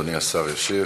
אדוני השר ישיב.